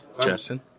Justin